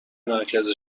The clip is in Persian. مرکز